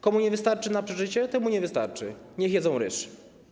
Komu nie wystarczy na przeżycie, temu nie wystarczy - niech jedzą ryż.